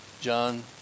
John